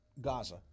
Gaza